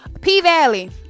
P-Valley